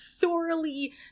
thoroughly